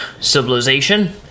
civilization